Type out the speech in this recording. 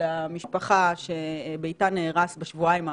המשפחה שביתה נהרס בשבועיים האחרונים,